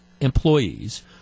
employees